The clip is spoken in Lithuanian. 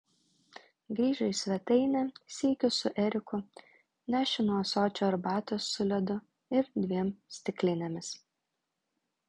grįžo į svetainę sykiu su eriku nešinu ąsočiu arbatos su ledu ir dviem stiklinėmis